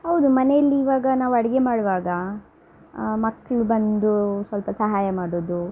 ಹೌದು ಮನೆಲ್ಲಿವಾಗ ನಾವು ಅಡುಗೆ ಮಾಡುವಾಗ ಮಕ್ಳು ಬಂದು ಸ್ವಲ್ಪ ಸಹಾಯ ಮಾಡೋದು